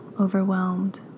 overwhelmed